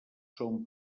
són